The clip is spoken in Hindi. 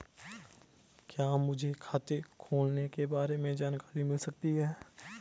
क्या मुझे खाते खोलने के बारे में जानकारी मिल सकती है?